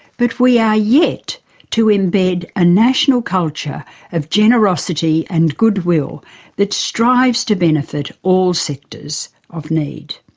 but we're yeah yet to embed a national culture of generosity and goodwill that strives to benefit all sectors of need.